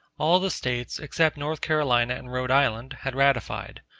all the states, except north carolina and rhode island, had ratified.